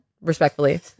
respectfully